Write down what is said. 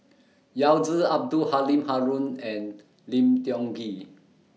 Yao Zi Abdul Halim Haron and Lim Tiong Ghee